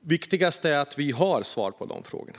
Viktigast är att vi har svar på frågorna.